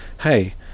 hey